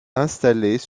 installés